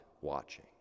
watching